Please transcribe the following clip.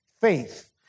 Faith